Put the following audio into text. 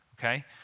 okay